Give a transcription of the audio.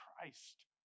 Christ